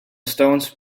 stones